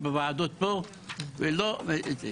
בוועדות פה ולא נותנים את זה.